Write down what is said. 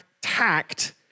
tact